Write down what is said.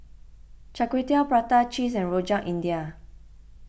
Char Kway Teow Prata Cheese and Rojak India